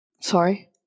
sorry